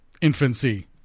infancy